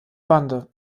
bande